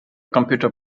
computer